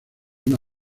una